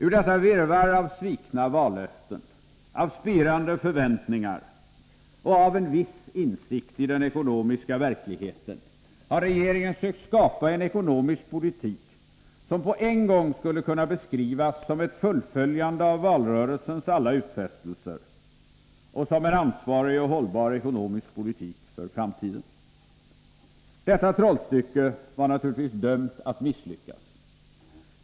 Ur detta virrvarr av svikna vallöften, av spirande förväntningar och av en viss insikt i den ekonomiska verkligheten har regeringen sökt skapa en ekonomisk politik som på en gång skulle kunna beskrivas som ett fullföljande av valrörelsens alla utfästelser och som en ansvarig och hållbar ekonomisk politik för framtiden. Detta trollstycke var naturligtvis dömt att misslyckas.